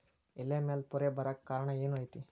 ಎಲೆ ಮ್ಯಾಲ್ ಪೊರೆ ಬರಾಕ್ ಕಾರಣ ಏನು ಐತಿ?